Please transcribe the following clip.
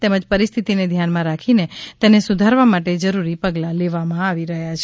તેમજ પરિસ્થિતિને ધ્યાનમાં રાખીને તેને સુધારવા માટે જરૂરી પગલાં લેવામાં આવી રહ્યા છે